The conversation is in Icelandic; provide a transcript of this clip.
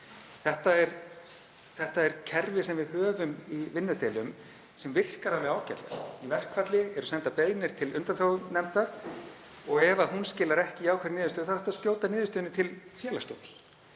Þetta er kerfi sem við höfum í vinnudeilum sem virkar alveg ágætlega. Í verkfalli eru sendar beiðnir til undanþágunefndar og ef hún skilar ekki jákvæðri niðurstöðu er hægt að skjóta niðurstöðunni til Félagsdóms